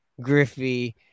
griffey